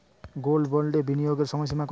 Gold বন্ডে বিনিয়োগের সময়সীমা কতো?